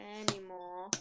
anymore